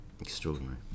extraordinary